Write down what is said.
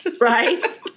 Right